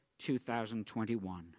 2021